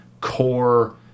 core